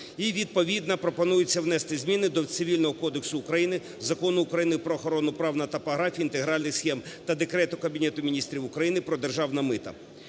І відповідно пропонується внести зміни до Цивільного кодексу України, Закону України "Про охорону прав на топографію інтегральних схем" та Декрету Кабінету Міністрів України "Про державне мито".